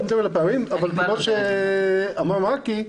אבל כמו שאמר מרקי,